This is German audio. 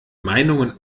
meinungen